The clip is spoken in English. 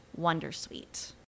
Wondersuite